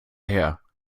her